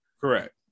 Correct